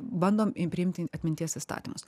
bandom priimti atminties įstatymus